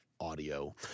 Audio